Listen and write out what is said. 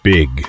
Big